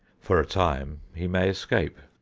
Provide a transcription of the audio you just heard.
for a time he may escape.